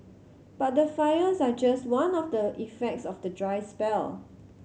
but the fires are just one of the effects of the dry spell